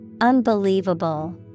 Unbelievable